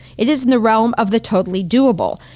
it is in the realm of the totally doable.